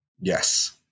Yes